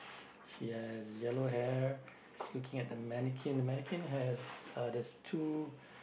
he has yellow hair he's looking at the mannequin the mannequin has uh there's two